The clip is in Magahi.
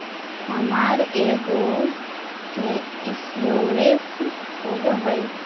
हमर गेयो के इंश्योरेंस होव है?